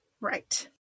Right